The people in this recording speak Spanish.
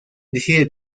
decide